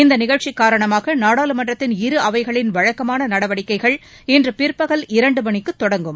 இந்த நிகழ்ச்சி காரணமாக நாடாளுமன்றத்தின் இரு அவைகளின் வழக்கமான நடவடிக்கைகள் இன்று பிற்பகல் இரண்டு மணிக்கு தொடங்கும்